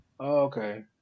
Okay